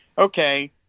okay